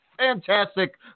fantastic